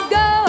go